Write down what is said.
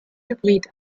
hybrid